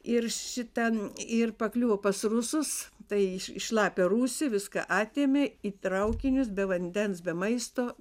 ir šita ir pakliuvo pas rusus tai į šlapią rūsį viską atėmė į traukinius be vandens be maisto